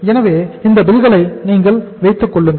எனவே இந்த பில்களை நீங்கள் வைத்துக் கொள்ளுங்கள்